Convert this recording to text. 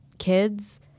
kids